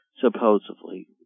supposedly